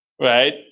right